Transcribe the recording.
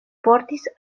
portis